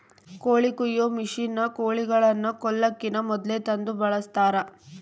ಕೋಳಿ ಕೊಯ್ಯೊ ಮಷಿನ್ನ ಕೋಳಿಗಳನ್ನ ಕೊಲ್ಲಕಿನ ಮೊದ್ಲೇ ತಂದು ಬಳಸ್ತಾರ